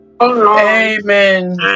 Amen